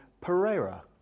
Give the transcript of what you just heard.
Pereira